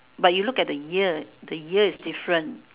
but you look at the ear the ear is different